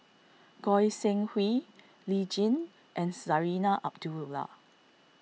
Goi Seng Hui Lee Tjin and Zarinah Abdullah